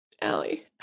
Allie